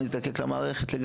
ושלא יזדקקו כלל למערכת.